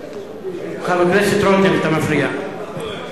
הכנסת רותם, אתה מפריע.